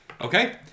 Okay